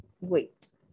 Wait